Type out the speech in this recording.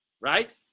right